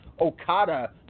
Okada